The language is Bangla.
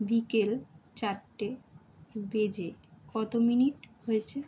বিকেল চারটে বেজে কত মিনিট হয়েছে